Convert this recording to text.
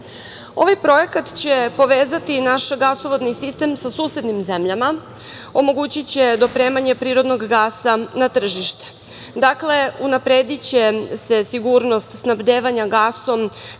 projekat će povezati naš gasovodni sistem sa susednim zemljama, omogućiće dopremanje prirodnog gasa na tržište. Dakle, unaprediće se sigurnost snabdevanja gasom